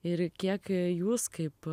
ir kiek jūs kaip